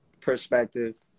perspective